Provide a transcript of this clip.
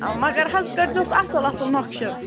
مگر حظ سُہ کٔرۍزِہوس اَصٕل اَصٕل نقشہٕ